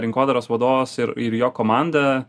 rinkodaros vadovas ir ir jo komanda